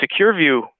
SecureView